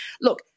Look